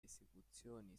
esecuzioni